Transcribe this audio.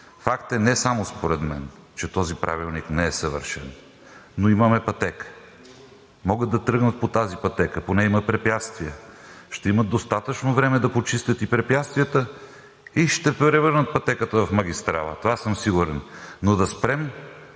Факт е не само според мен, че този правилник не е съвършен, но имаме пътека. Могат да тръгнат по тази пътека, по нея има препятствия. Ще има достатъчно време да почистят препятствията и ще превърнат пътеката в магистрала. В това съм сигурен. Но да спрем